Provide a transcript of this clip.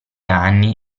anni